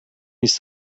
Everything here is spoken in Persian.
است